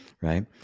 Right